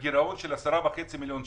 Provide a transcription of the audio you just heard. בגירעון של 10.5 מיליון שקלים.